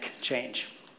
change